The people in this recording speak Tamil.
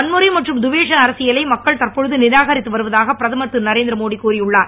வன்முறை மற்றும் துவேஷ அரசியலை மக்கள் தற்போது நிராகரித்து வருவதாக பிரதமர் திருதரேந்திரமோடி கூறியுள்ளார்